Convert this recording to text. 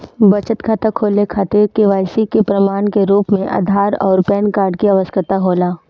बचत खाता खोले खातिर के.वाइ.सी के प्रमाण के रूप में आधार आउर पैन कार्ड की आवश्यकता होला